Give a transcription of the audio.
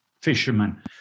fishermen